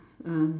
ah